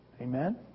Amen